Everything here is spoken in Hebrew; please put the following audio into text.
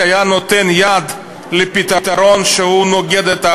היה פתרון מצוין.